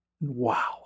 Wow